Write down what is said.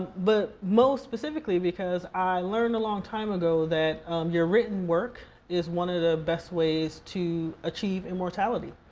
but most specifically because i learned a long time ago that your written work is one of the best ways to achieve immortality.